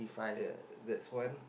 ya that's one